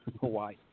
Hawaii